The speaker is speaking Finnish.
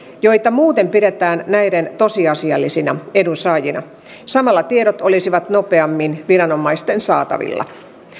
joita muuten pidetään näiden tosiasiallisina edunsaajina samalla tiedot olisivat nopeammin viranomaisten saatavilla